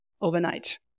overnight